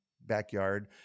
backyard